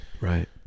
Right